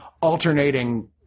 alternating